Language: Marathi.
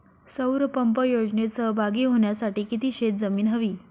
सौर पंप योजनेत सहभागी होण्यासाठी किती शेत जमीन हवी?